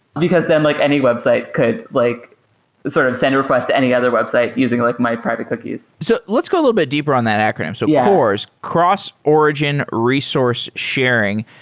because then like any website could like sort of send a request to any other website using like my private cookies. so let's go a little bit deeper on that acronym. so yeah cors, cross-origin resource sharing.